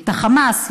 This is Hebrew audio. את החמאס,